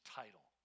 title